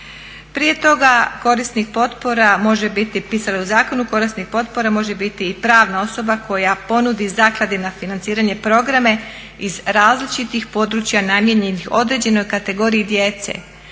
Prije toga korisnik potpora može biti pisalo je u zakonu korisnik potpora može biti i pravna osoba koja ponudi zakladi na financiranje programe iz različitih područja namijenjenih određenoj kategoriji djece,